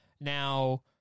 Now